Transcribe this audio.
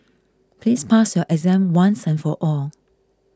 please pass your exam once and for all